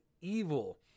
evil